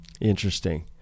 Interesting